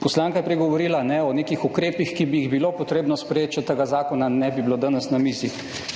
Poslanka je prej govorila o nekih ukrepih, ki bi jih bilo potrebno sprejeti, če tega zakona ne bi bilo danes na mizi.